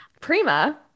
Prima